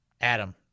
Adam